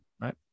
right